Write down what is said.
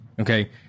Okay